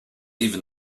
even